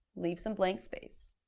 leave some blank space.